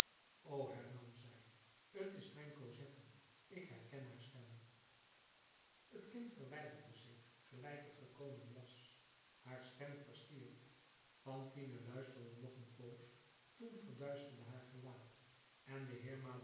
o hernam zij t is mijn cosette ik herken haar stem het kind verwijderde zich gelijk het gekomen was haar stem verstierf fantine luisterde nog een poos toen verduisterde haar gelaat en de